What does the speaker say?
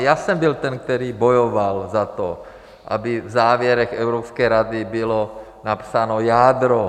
Já jsem byl ten, který bojoval za to, aby v závěrech Evropské rady bylo napsáno jádro.